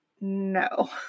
no